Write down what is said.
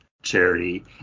charity